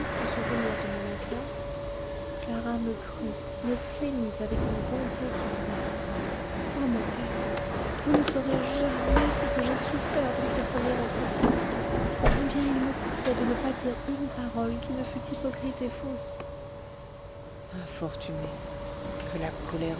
tristes souvenirs de mon enfance clara me crut me plaignit avec une bonté qui me navra ô mon père vous ne saurez jamais ce que j'ai souffert dans ce premier entretien combien il me coûtait de ne pas dire une parole qui ne fût hypocrite et fausse infortunée que la colère